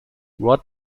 what